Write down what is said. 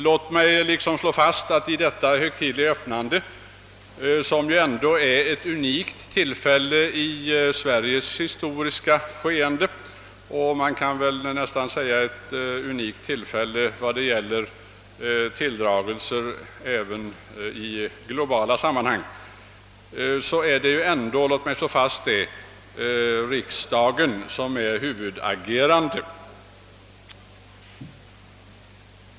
Låt mig slå fast att riksdagens ledamöter trots allt är huvudagerande ' vid detta riksdagens högtidliga öppnande, som dock är en tilldragelse, betingad av det historiska skeendet i vårt land och unik, jag skulle nästan vilja säga globalt sett.